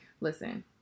Listen